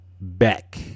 back